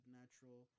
natural